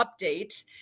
update